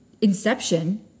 Inception